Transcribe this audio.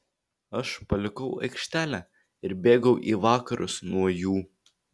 aš palikau aikštelę ir bėgau į vakarus nuo jų